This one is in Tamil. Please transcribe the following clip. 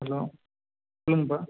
ஹலோ சொல்லுங்கப்பா